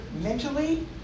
mentally